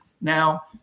Now